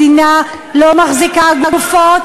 מדינה לא מחזיקה גופות,